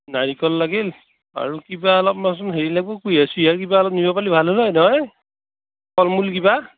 নাৰিকল লাগিল আৰু কিবা অলপমানচোন হেৰি লাগ্বো কুঁহিয়াৰ চুহিয়াৰ কিবা অলপ নিবা পাৰলি ভাল আছিল নহয় ফল মূল কিবা